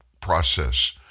process